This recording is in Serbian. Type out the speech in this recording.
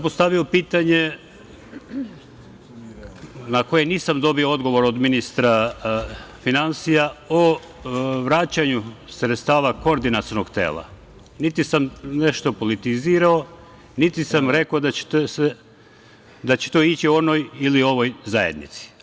Postavio sam pitanje na koje nisam dobio odgovor od ministra finansija o vraćanju sredstava Koordinacionog tela, niti sam nešto politizirao, niti sam rekao da će to ići ovoj ili onoj zajednici.